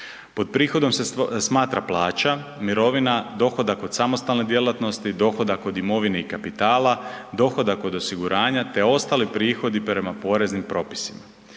Pod prihodom se smatra plaća, mirovina, dohodak od samostalne djelatnosti, dohodak od imovine i kapitala, dohodak od osiguranja te ostali prihodi prema poreznim propisima.